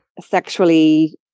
sexually